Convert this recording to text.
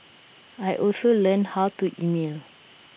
I also learned how to email